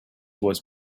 voice